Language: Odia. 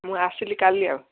ମୁଁ ଆସିଲି କାଲି ଆଉ